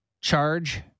charge